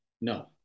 No